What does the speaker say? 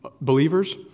believers